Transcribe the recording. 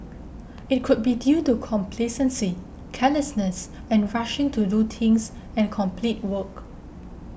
it could be due to complacency carelessness and rushing to do things and complete work